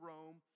Rome